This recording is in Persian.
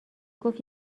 گفت